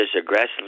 aggressively